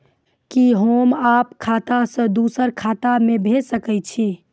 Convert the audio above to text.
कि होम आप खाता सं दूसर खाता मे भेज सकै छी?